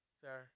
sir